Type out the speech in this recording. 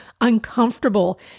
uncomfortable